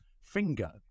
finger